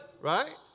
right